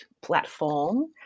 platform